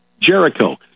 Jericho